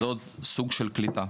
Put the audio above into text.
זה עוד סוג של קליטה.